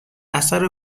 اثر